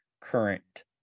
current